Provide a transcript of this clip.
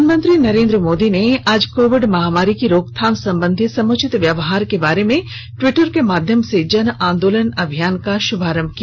प्रधानमंत्री नरेन्द्र मोदी ने आज कोविड महामारी की रोकथाम संबंधी समुचित व्यवहार के बारे में ट्वीटर के माध्यम से जन आंदोलन अभियान का शुभारम्भ किया